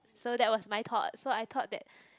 so that was my thought so I thought that